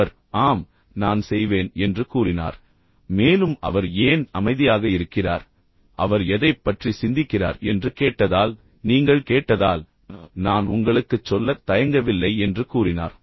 அவர் ஆம் நான் செய்வேன் என்று கூறினார் மேலும் அவர் ஏன் அமைதியாக இருக்கிறார் அவர் எதைப் பற்றி சிந்திக்கிறார் என்று கேட்டதால் நீங்கள் கேட்டதால் நான் உங்களுக்குச் சொல்லத் தயங்கவில்லை என்று கூறினார்